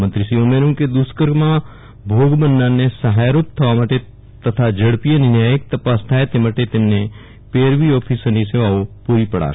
મંત્રોશ્રોએ ઉમેર્યું કે દુષ્કર્મમાં ભોગ બનનારને સહાયરૂપ થવા માટે તથા ઝડપી અને ન્યાયિક તપી થાય તે માટે તેમને પેરવી ઓફીસરની સેવાઓ પ્રી પડાશે